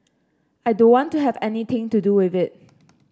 I don't want to have anything to do with it